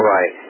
Right